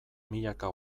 milaka